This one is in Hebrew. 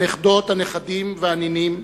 הנכדות, הנכדים והנינים,